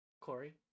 Corey